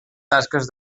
tasques